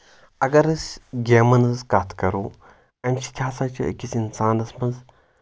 اگر أسۍ گیمَن ہٕنٛز کَتھ کَرو اَمہِ سۭتۍ ہَسا چھِ أکِس اِنسانَس منٛز